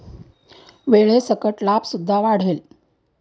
वेळेसकट लाभ सुद्धा वाढेल